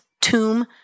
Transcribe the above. tomb